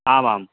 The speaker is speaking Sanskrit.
आमां